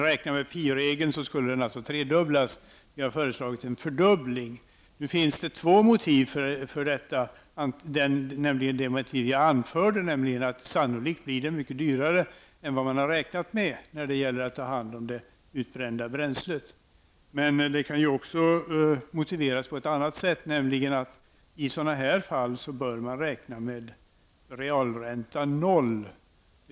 Räknat med pi-regeln skulle den tredubblas, men vi har föreslagit en fördubbling. Det finns två motiv för det. Sannolikt blir det mycket dyrare än vad man har räknat med att ta hand om det utbrända bränslet. Men förslaget kan också motiveras på ett annat sätt, nämligen att i sådana här fall bör man räkna med realräntan noll.